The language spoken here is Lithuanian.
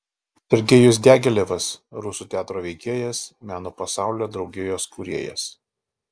sergejus diagilevas rusų teatro veikėjas meno pasaulio draugijos kūrėjas